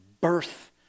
birth